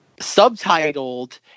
subtitled